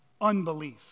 unbelief